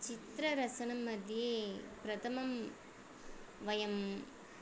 चित्ररचनमध्ये प्रथमं वयं